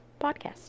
podcast